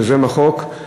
יוזם החוק,